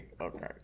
okay